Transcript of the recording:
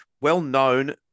well-known